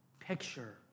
picture